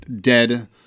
dead